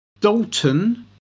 Dalton